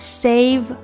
save